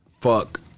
fuck